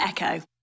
Echo